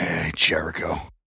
Jericho